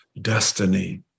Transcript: destiny